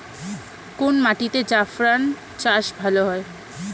কোন মাটিতে জাফরান চাষ ভালো হয়?